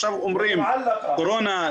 עכשיו אומרים קורונה,